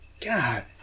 God